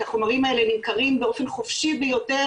החומרים האלה נמכרים באופן חופשי ביותר,